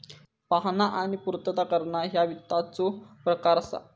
पाहणा आणि पूर्तता करणा ह्या वित्ताचो प्रकार असा